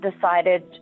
decided